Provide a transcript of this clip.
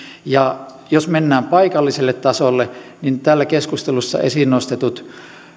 ja jos mennään paikalliselle tasolle niin täällä keskustelussa esiin nostetuille